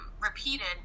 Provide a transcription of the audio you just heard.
repeated